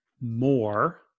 more